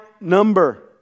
number